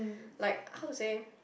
like how to say